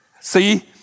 See